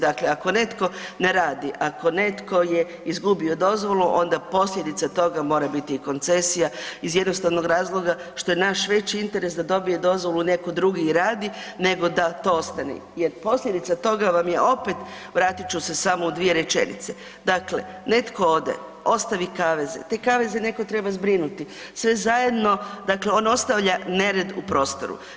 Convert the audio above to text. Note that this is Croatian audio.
Dakle, ako netko ne radi, ako netko je izgubio dozvolu onda posljedica toga mora biti koncesija iz jednostavnog razloga što je naš veći interes da dobije dozvolu neko drugi i radi nego da to ostane jer posljedica toga vam je opet, vratit ću se samo u dvije rečenice, dakle netko ode ostavi kaveze, te kaveze netko treba zbrinuti sve zajedno, dakle on ostavlja nered u prostoru.